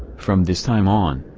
from this time on,